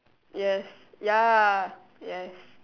yes ya yes